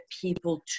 people